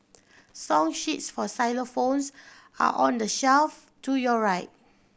song sheets for xylophones are on the shelf to your right